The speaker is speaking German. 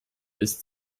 ist